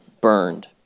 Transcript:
burned